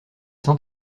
sans